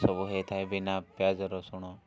ସବୁ ହେଇଥାଏ ବିନା ପିଆଜ ରସୁଣ